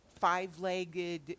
five-legged